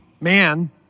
man